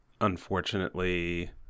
unfortunately